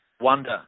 wonder